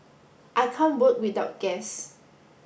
I can't work without gas